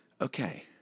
Okay